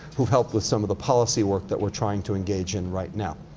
who've helped with some of the policy work that we're trying to engage in right now.